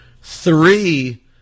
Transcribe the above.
Three